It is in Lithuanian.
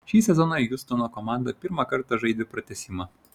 šį sezoną hjustono komanda pirmą kartą žaidė pratęsimą